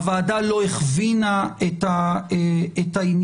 הוועדה לא הכווינה את העניין,